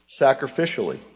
Sacrificially